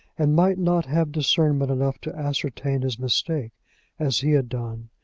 and might not have discernment enough to ascertain his mistake as he had done.